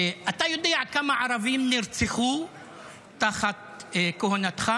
אתה יודע כמה ערבים נרצחו תחת כהונתך?